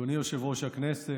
אדוני יושב-ראש הכנסת,